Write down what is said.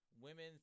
Women